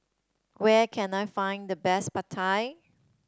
where can I find the best Pad Thai